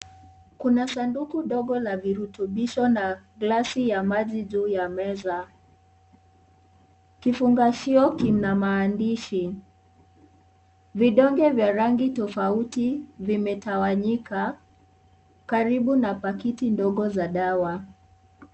Kuna sanduku dogo la virutubishi na glasi ya maji juu ya meza. Kifungashio kina maandishi. Vidonge vya rangi tofauti imetawanyika karibu na pakiti ndogo za dawa.